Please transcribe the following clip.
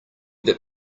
that